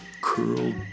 curled